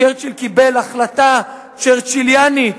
צ'רצ'יל קיבל החלטה צ'רצ'יליאנית,